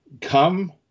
Come